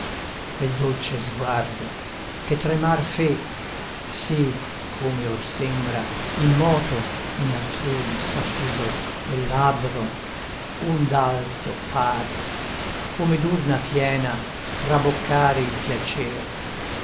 quel dolce sguardo che tremar fe se come or sembra immoto in altrui s'affisò quel labbro ond'alto par come d'urna piena traboccare il piacer